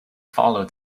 follow